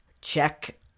check